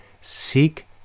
seek